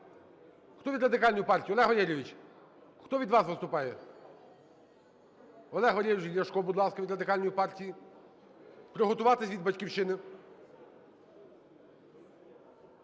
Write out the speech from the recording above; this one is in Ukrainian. Хто від Радикальної партії, Олег Валерійович, хто від вас виступає? Олег Валерійович Ляшко, будь ласка, від Радикальної партії. Приготуватись від "Батьківщини".